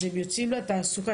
אז הם יוצאים לתעסוקה.